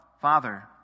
Father